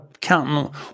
counting